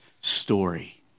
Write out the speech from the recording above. story